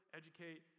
educate